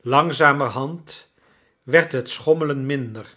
langzamerhand werd het schommelen minder